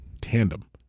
tandem